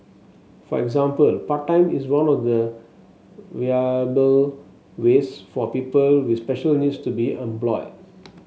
for example part time is one of the viable ways for people with special needs to be employed